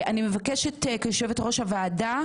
אני מבקשת כיושבת-ראש הוועדה